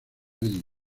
medio